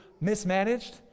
mismanaged